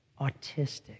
autistic